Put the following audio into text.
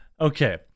okay